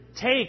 take